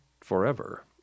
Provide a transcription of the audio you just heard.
forever